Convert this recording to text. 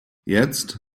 jetzt